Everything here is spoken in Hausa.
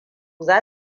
za